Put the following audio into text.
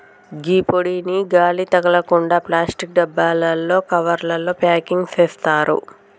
గీ పొడిని గాలి తగలకుండ ప్లాస్టిక్ డబ్బాలలో, కవర్లల ప్యాకింగ్ సేత్తారు